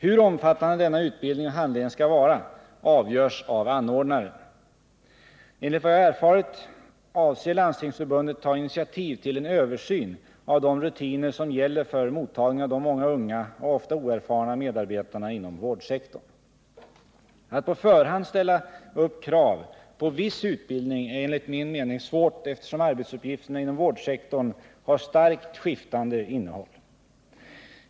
Hur omfattande denna utbildning och handledning skall vara avgörs av anordnaren. Enligt vad jag erfarit avser Landstingsförbundet ta initiativ till en översyn av de rutiner som gäller för mottagning av de många unga och ofta oerfarna medarbetarna inom vårdsektorn. Att på förhand ställa upp krav på viss utbildning är enligt min mening svårt eftersom arbetsuppgifterna inom vårdsektorn har starkt skiftande innehåll.